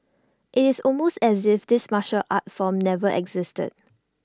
it's almost as if this martial art form never existed